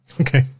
okay